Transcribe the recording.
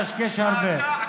אתה מקשקש.